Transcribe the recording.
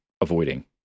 avoiding